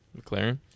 McLaren